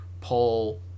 pull